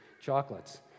chocolates